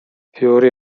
fiori